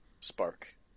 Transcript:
spark